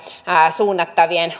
suunnattavien